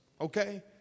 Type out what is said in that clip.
okay